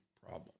problem